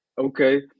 Okay